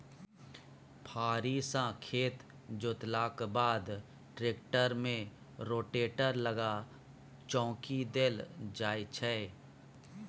फारी सँ खेत जोतलाक बाद टेक्टर मे रोटेटर लगा चौकी देल जाइ छै